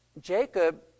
Jacob